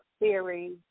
theory